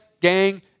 gang